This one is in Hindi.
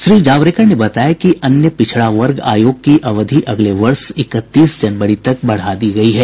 श्री जावड़ेकर ने बताया कि अन्य पिछड़ा वर्ग आयोग की अवधि अगले वर्ष इकतीस जनवरी तक बढ़ा दी गई है